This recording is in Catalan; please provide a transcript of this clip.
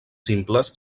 simples